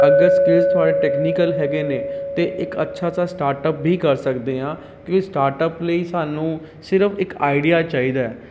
ਅਗਰ ਸਕਿੱਲਸ ਤੁਹਾਡੇ ਟੈਕਨੀਕਲ ਹੈਗੇ ਨੇ ਅਤੇ ਇੱਕ ਅੱਛਾ ਸਾ ਸਟਾਰਟ ਅਪ ਵੀ ਕਰ ਸਕਦੇ ਹਾਂ ਕਿਉਂਕੀ ਸਟਾਰਟ ਅਪ ਲਈ ਸਾਨੂੰ ਸਿਰਫ ਇੱਕ ਆਈਡੀਆ ਚਾਹੀਦਾ